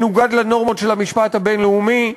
מנוגד לנורמות של המשפט הבין-לאומי,